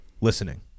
listening